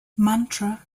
mantra